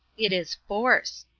it is force.